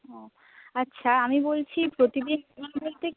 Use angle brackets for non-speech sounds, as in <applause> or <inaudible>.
ও আচ্ছা আমি বলছি প্রতিদিন <unintelligible>